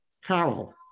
Carol